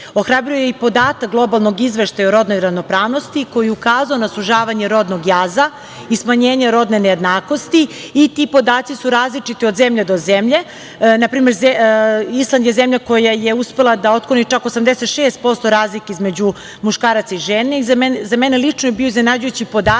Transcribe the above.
društva. Ohrabruje i podatak globalnog izveštaja o rodnoj ravnopravnosti koji je ukazao na sužavanje rodnog jaza i smanjenja rodne nejednakosti i ti podaci su različiti od zemlje do zemlje. Na primer, Island je zemlja koja je uspela da otkloni čak 86% razlike između muškaraca i žena i za mene lično je bio iznenađujući podatak